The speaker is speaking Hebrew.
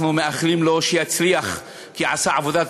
אנחנו מאחלים לו שיצליח כי עשה עבודת